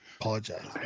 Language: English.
Apologize